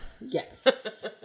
yes